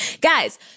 Guys